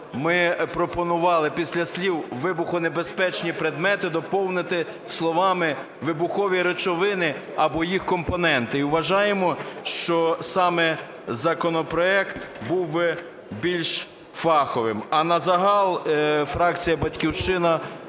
Ми пропонували після слів "вибухонебезпечні предмети" доповнити словами "вибухові речовини або їх компоненти". І вважаємо, що саме законопроект був би більш фаховим. А назагал фракція "Батьківщина"